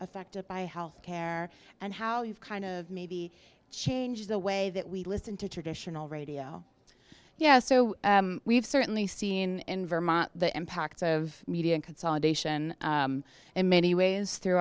affected by health care and how you've kind of maybe changed the way that we listen to traditional radio yeah so we've certainly seen in vermont the impact of media consolidation in many ways through